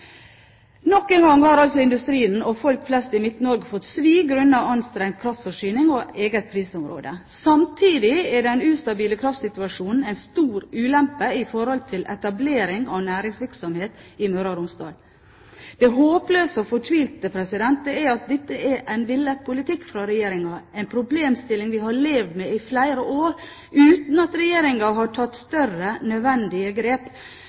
Nok en gang har altså industrien og folk flest i Midt-Norge fått svi på grunn av anstrengt kraftforsyning og eget prisområde. Samtidig er den ustabile kraftsituasjonen en stor ulempe i forhold til etablering av næringsvirksomhet i Møre og Romsdal. Det håpløse og fortvilte er at dette er en villet politikk fra Regjeringen, en problemstilling vi har levd med i flere år uten at Regjeringen har tatt større, nødvendige grep,